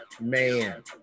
Man